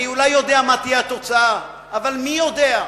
אני אולי יודע מה תהיה התוצאה, אבל מי יודע?